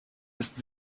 ist